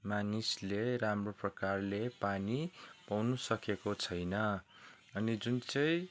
मानिसले राम्रो प्रकारले पानी पाउनु सकेको छैन अनि जुन चाहिँ